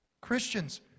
Christians